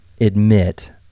admit